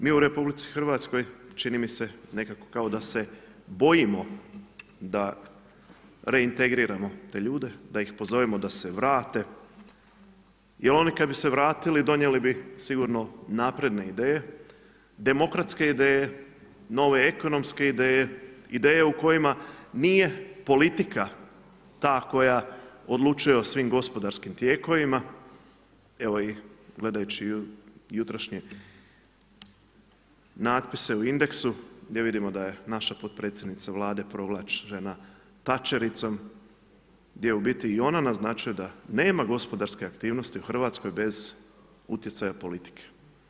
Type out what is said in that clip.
Mi u RH, čini mi se nekako kao da se bojimo da reintegriramo te ljude, da ih pozovemo da se vrate, jer oni kad bi se vratili donijeli bi sigurno napredne ideje, demokratske ideje, nove ekonomske ideje, ideje u kojima nije politika ta koja odlučuje o svim gospodarskim tijekovima, evo gledajući jutrošnje natpise u Indexu gdje vidimo da je naša potpredsjednica Vlade … gdje u biti i ona naznačuje da nema gospodarske aktivnosti u Hrvatskoj bez utjecaja politike.